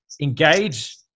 engage